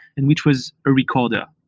and which was a recorder.